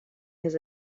his